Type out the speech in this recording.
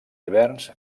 hiverns